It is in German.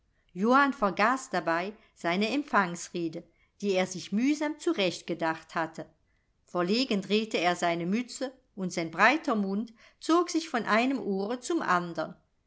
johann vergaß dabei seine empfangsrede die er sich mühsam zurechtgedacht hatte verlegen drehte er seine mütze und sein breiter mund zog sich von einem ohre zum andern